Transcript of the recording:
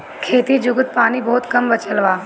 खेती जुगुत पानी बहुत कम बचल बा